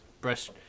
brush